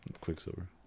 Quicksilver